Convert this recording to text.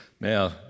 Now